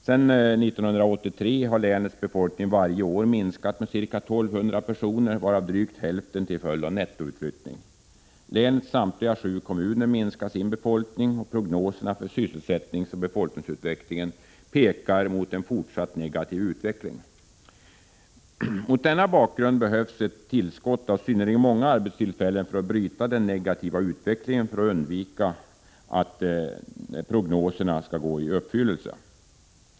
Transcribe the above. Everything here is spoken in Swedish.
Sedan 1983 har länets befolkning varje år minskat med ca 1200 personer, varav drygt hälften till följd av nettoutflyttning. Länets samtliga sju kommuner minskar sin befolkning, och prognoserna för sysselsättningsoch befolkningsutvecklingen pekar mot en fortsatt negativ utveckling. Mot denna bakgrund behövs ett tillskott av synnerligen många arbetstillfällen för att bryta den negativa utvecklingen och för att undvika att de negativa prognoserna går i uppfyllelse.